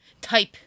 type